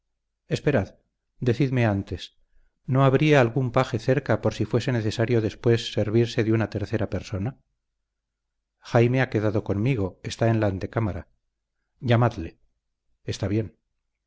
ferrus esperad decidme antes no habría algún paje cerca por si fuese necesario después servirse de una tercera persona jaime ha quedado conmigo está en la antecámara llamadle está bien